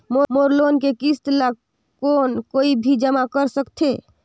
मोर loan के किस्त ल कौन कोई भी जमा कर सकथे?